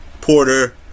Porter